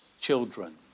children